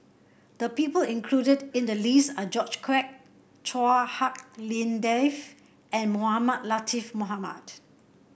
the people included in the list are George Quek Chua Hak Lien Dave and Mohamed Latiff Mohamed